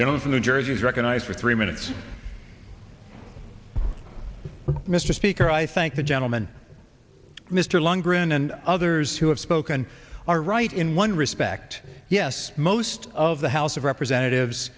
don't from new jersey is recognized for three minutes but mr speaker i thank the gentleman mr long grin and others who have spoken are right in one respect yes most of the house of representatives